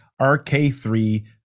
RK3